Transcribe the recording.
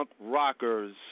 Rockers